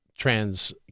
trans